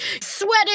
sweating